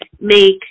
make